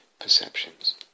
perceptions